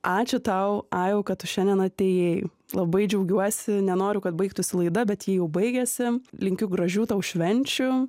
ačiū tau ajau kad tu šiandien atėjai labai džiaugiuosi nenoriu kad baigtųsi laida bet ji jau baigiasi linkiu gražių tau švenčių